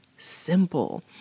Simple